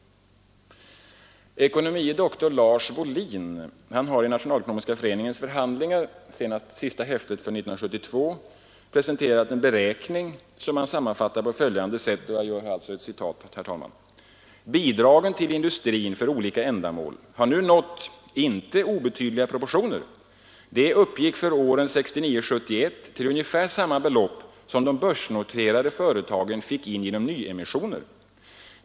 Ekonomie doktor Lars Wohlin har i Nationalekonomiska Föreningen Förhandlingar, fjärde häftet för 1972, presenterat en beräkning som han sammanfattat på följande sätt: ”Bidragen till industrin för olika ändamål har nu nått inte obetydliga proportioner. De uppgick åren 1969—1971 till ungefär samma belopp som de börsnoterade företagen fick in genom nyemissioner.